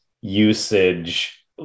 usage